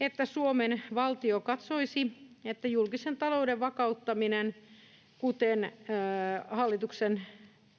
että Suomen valtio katsoisi, että julkisen talouden vakauttaminen, kuten hallituksen